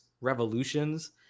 revolutions